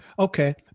Okay